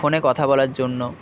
ফোনে কথা বলার জন্য